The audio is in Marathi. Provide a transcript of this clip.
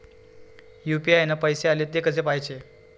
यू.पी.आय न पैसे आले, थे कसे पाहाचे?